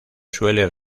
suele